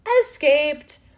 escaped